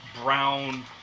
brown